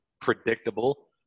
predictable